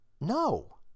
no